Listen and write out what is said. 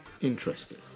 interesting